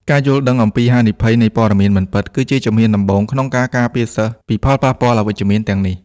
ការយល់ដឹងអំពីហានិភ័យនៃព័ត៌មានមិនពិត គឺជាជំហានដំបូងក្នុងការការពារសិស្សពីផលប៉ះពាល់អវិជ្ជមានទាំងនេះ។